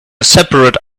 separate